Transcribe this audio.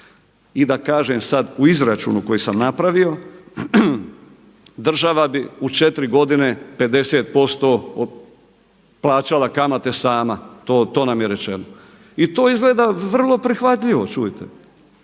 I da kažem sada u izračunu koji sam napravio, država bi u četiri godine 50% plaćala kamate sama, to nam je rečeno i to izgleda vrlo prihvatljivo čujte,